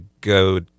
go